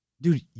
Dude